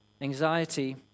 Anxiety